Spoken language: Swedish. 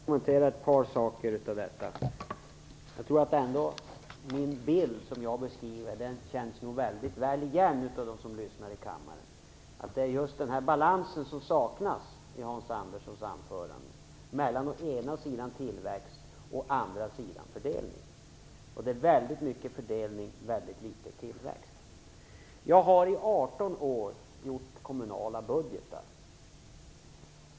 Fru talman! Jag skall kommentera ett par saker av detta. Jag tror att den bild som jag beskriver känns väl igen av dem som lyssnar i kammaren. Det är just den här balansen mellan å ena sidan tillväxt och å andra sidan fördelning som saknas i Hans Anderssons anförande. Det är väldigt mycket fördelning och väldigt litet tillväxt. Jag har gjort kommunala budgetar i 18 år.